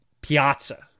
piazza